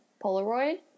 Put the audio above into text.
Polaroid